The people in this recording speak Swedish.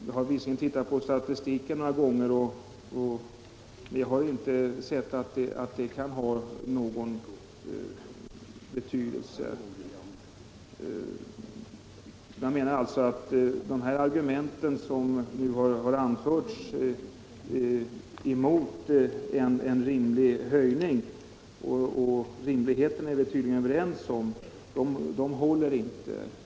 Jag har sett på statistiken några gånger, men jag har inte funnit att det kan ha någon betydelse. Jag menar alltså att de argument som nu har anförts emot en rimlig höjning — och rimligheten är vi tydligen överens om =— inte håller.